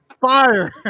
Fire